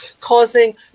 causing